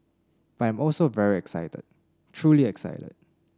but I'm also very excited truly excited